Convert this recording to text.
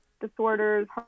disorders